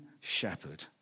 shepherd